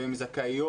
והן זכאיות,